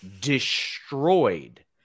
destroyed